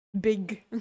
Big